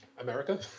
America